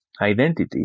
identity